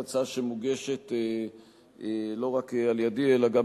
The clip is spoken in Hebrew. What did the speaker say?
היא הצעה שמוגשת לא רק על-ידי אלא גם